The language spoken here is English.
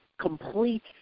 complete